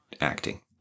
acting